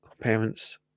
parents